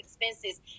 expenses